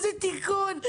איזה תיקון?